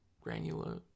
granular